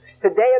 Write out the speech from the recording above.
Today